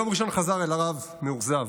ביום ראשון חזר אל הרב מאוכזב.